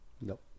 nope